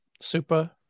Super